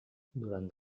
durant